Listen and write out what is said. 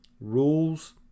rules